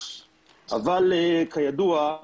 אבל כידוע,